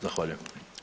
Zahvaljujem.